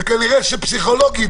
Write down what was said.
וכנראה שפסיכולוגית,